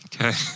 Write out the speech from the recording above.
Okay